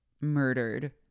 murdered